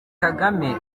kagame